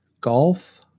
Golf